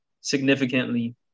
significantly